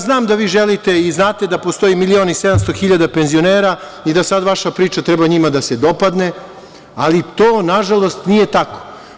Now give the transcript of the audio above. Znam da vi želite i znate da postoji milion i 700 hiljada penzionera i da sada vaša priča treba njima da se dopadne, ali to nažalost nije tako.